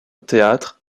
théâtre